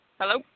Hello